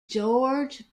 george